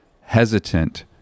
hesitant